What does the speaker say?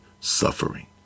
suffering